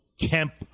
Kemp